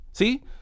See